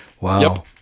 wow